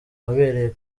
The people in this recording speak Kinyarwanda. wabereye